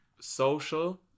social